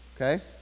okay